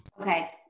okay